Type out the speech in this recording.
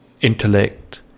intellect